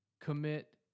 commit